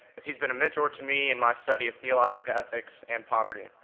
as he's been a mentor to me in my study of theological ethics and poverty.